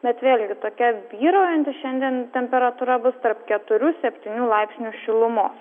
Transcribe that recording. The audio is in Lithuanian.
bet vėlgi tokia vyraujanti šiandien temperatūra bus tarp keturių septynių laipsnių šilumos